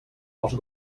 els